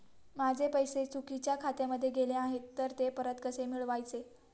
माझे पैसे चुकीच्या खात्यामध्ये गेले आहेत तर ते परत कसे मिळवायचे?